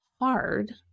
hard